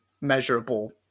measurable